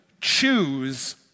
choose